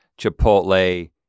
Chipotle